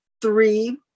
three